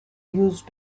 used